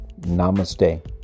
Namaste